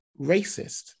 racist